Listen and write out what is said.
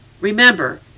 Remember